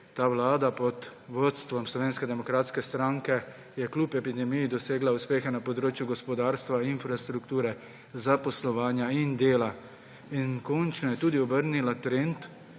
ta vlada pod vodstvom Slovenske demokratske stranke je kljub epidemiji dosegla uspehe na področju gospodarstva, infrastrukture, zaposlovanja in dela. In končno je tudi obrnila trend